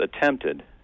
attempted